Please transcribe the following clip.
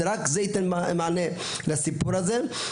רק זה ייתן מענה לסיפור הזה.